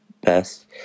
best